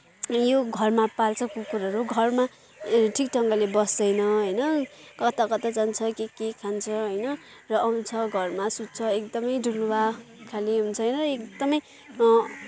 यो घरमा पाल्छ कुकुरहरू घरमा ठिक ढङ्गले बस्दैन होइन कता कता जान्छ के के खान्छ होइन र आउँछ घरमा सुत्छ एकदमै डुलुवा खालि हुन्छ होइन एकदमै